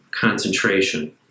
concentration